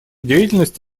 деятельность